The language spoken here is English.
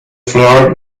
floor